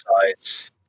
sides